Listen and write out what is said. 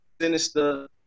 sinister